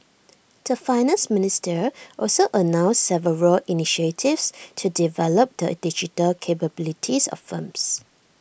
the Finance Minister also announced several initiatives to develop the digital capabilities of firms